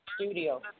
studio